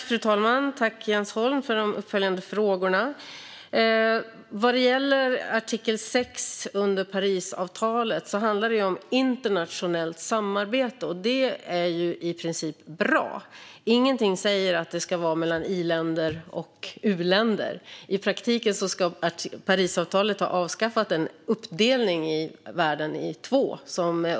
Fru talman! Tack, Jens Holm, för de uppföljande frågorna! Vad gäller artikel 6 i Parisavtalet handlar det om internationellt samarbete. Det är i princip bra. Ingenting säger att det ska vara mellan i-länder och u-länder. I praktiken ska Parisavtalet ha avskaffat en uppdelning av världen i två.